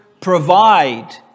provide